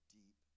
deep